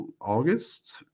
august